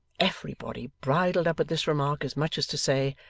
everybody bridled up at this remark, as much as to say,